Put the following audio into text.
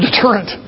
deterrent